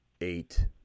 eight